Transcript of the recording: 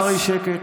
בן ארי, שקט.